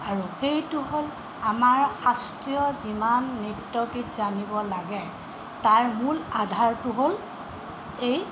আৰু সেইটো হ'ল আমাৰ শাস্ত্ৰীয় যিমান নৃত্য গীত জানিব লাগে তাৰ মূল আধাৰটো হ'ল এই